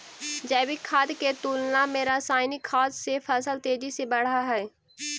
जैविक खाद के तुलना में रासायनिक खाद से फसल तेजी से बढ़ऽ हइ